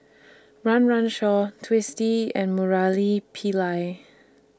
Run Run Shaw Twisstii and Murali Pillai